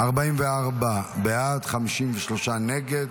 44 בעד, 53 נגד.